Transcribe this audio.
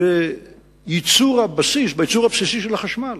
הייצור הבסיסי של החשמל